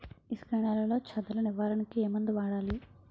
ఇసుక నేలలో చదల నివారణకు ఏ మందు వాడాలి?